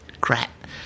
crap